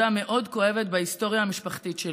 מאוד כואבת בהיסטוריה המשפחתית שלי.